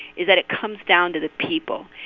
is that it comes down to the people.